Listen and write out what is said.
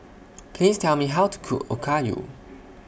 Please Tell Me How to Cook Okayu